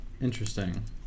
Interesting